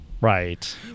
right